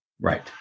Right